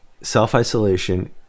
Self-isolation